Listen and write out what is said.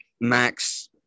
Max